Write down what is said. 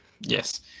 Yes